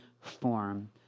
form